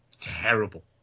terrible